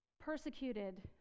Persecuted